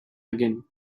again